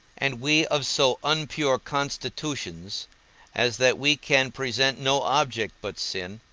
and we of so unpure constitutions as that we can present no object but sin,